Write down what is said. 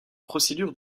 procédures